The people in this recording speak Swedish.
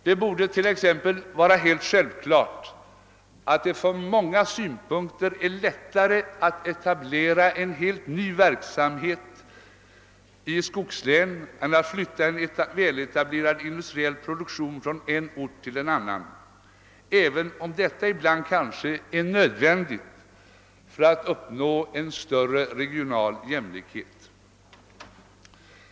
Det borde t.ex. vara helt självklart att det från många synpunkter är lättare att etablera en helt ny industriell verksamhet i skogslänen än att flytta en väletablerad industriell produktion från en ort till en annan, även om detta ibland kanske är nödvändigt för att uppnå en större regional jämlikhet.